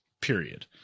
period